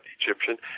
Egyptian